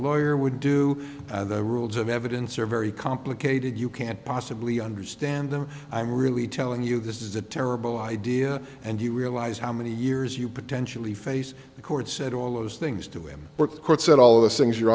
lawyer would do and the rules of evidence are very complicated you can't possibly understand them i'm really telling you this is a terrible idea and you realize how many years you potentially face the court said all of those things to him what the court said all of those things you